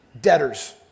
debtors